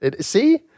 See